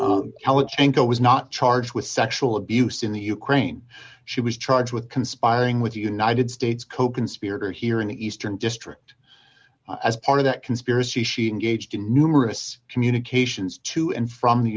point was not charged with sexual abuse in the ukraine she was charged with conspiring with the united states coconspirator here in the eastern district as part of that conspiracy she engaged in numerous communications to and from the